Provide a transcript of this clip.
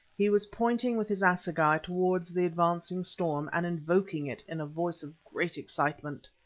he was pointing with his assegai towards the advancing storm, and invoking it in a voice of great excitement.